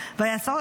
סטרוק.